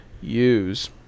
use